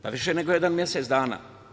Pa više nego jedan mesec dana.